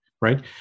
right